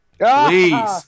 Please